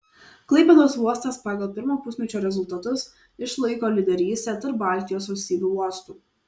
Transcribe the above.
klaipėdos uostas pagal pirmo pusmečio rezultatus išlaiko lyderystę tarp baltijos valstybių uostų